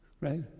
right